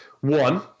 one